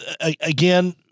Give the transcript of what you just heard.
again